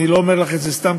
אני לא אומר לך את זה סתם,